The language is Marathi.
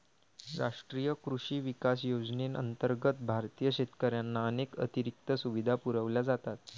राष्ट्रीय कृषी विकास योजनेअंतर्गत भारतीय शेतकऱ्यांना अनेक अतिरिक्त सुविधा पुरवल्या जातात